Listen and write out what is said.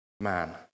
man